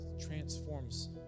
transforms